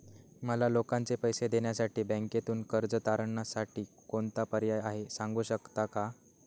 मला लोकांचे पैसे देण्यासाठी बँकेतून कर्ज तारणसाठी कोणता पर्याय आहे? सांगू शकता का?